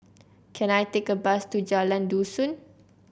can I take a bus to Jalan Dusun